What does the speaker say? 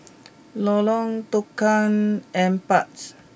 Lorong Tukang Empat